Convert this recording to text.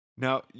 Now